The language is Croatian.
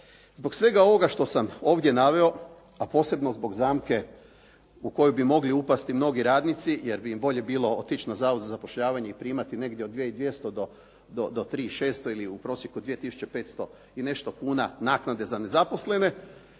Zbog svega ovoga što sam ovdje naveo, a posebno zbog zamke u koju bi mogli upasti mnogi radnici jer bi im bolje bilo otići na zavod za zapošljavanje i primati negdje od 2 200 do 3 600 ili u prosjeku 2 500 i nešto kuna naknade za nezaposlene